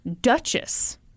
Duchess